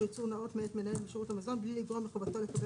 ייצור נאות מאת מנהל שירות המזון בלי לגרוע את חובתו לקבל